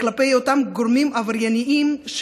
כלפי אותם גורמים עברייניים,